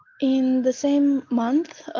in the same month,